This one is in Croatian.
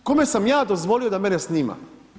A kome sam ja dozvolio da mene snima?